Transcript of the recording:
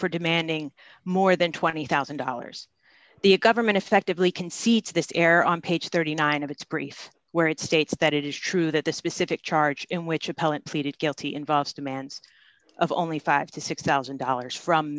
for demanding more than twenty thousand dollars the a government effectively conceits this error on page thirty nine dollars of its brief where it states that it is true that the specific charge in which appellant pleaded guilty involves demands of only five to six thousand dollars from